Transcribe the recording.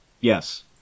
Yes